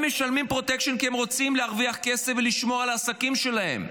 הם משלמים פרוטקשן כי הם רוצים להרוויח כסף ולשמור על העסקים שלהם.